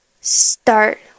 Start